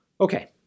Okay